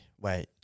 Wait